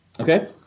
Okay